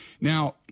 Now